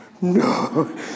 no